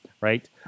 right